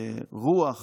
רוח